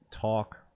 talk